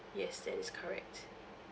yes that is correct